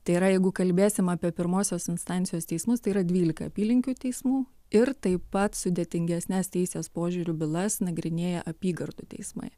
tai yra jeigu kalbėsim apie pirmosios instancijos teismus tai yra dvylika apylinkių teismų ir taip pat sudėtingesnes teisės požiūriu bylas nagrinėja apygardų teismai